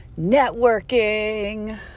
networking